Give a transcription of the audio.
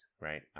right